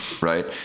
right